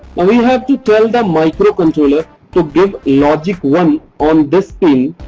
and we have to tell the microcontroller to give logic one on this pin.